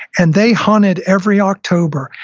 and they hunted every october,